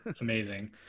amazing